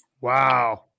wow